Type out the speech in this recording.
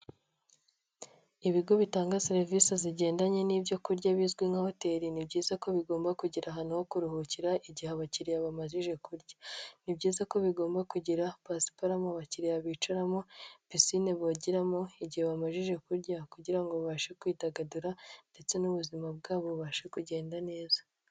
Ibigo bitanga serivisi zigendanye n'ibyo kurya bizwi nka hoteli .ni byiza ko bigomba kugira ahantu ho kuruhukira igihe abakiriya bamaze kurya .ni byiza ko bigomba kugira pasiparumu abakiriya bicaramo, pisine bogeramo igihe bamaze kurya, kugira ngo babashe kwidagadura ,ndetse n'ubuzima bwabo bubashe kugenda neza.